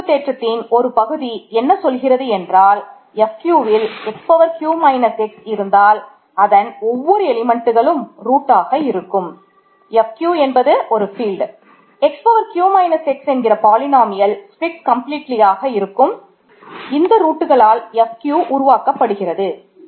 கட்டமைப்பு தேற்றத்தின் ஒரு பகுதி என்ன சொல்கிறது என்றால் Fq வில் X பவர் Fq உருவாக்கப்படுகிறது